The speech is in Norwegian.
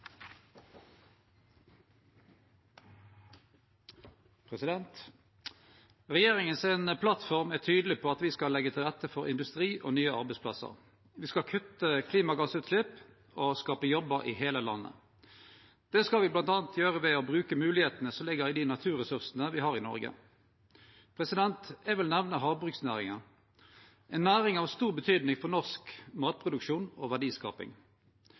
tydeleg på at me skal leggje til rette for industri og nye arbeidsplassar. Me skal kutte klimagassutslepp og skape jobbar i heile landet. Det skal me bl.a. gjere ved å bruke moglegheitene som ligg i dei naturressursane me har i Noreg. Eg vil nemne havbruksnæringa. Næringa har stor betydning for norsk matproduksjon og verdiskaping.